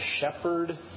shepherd